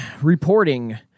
reporting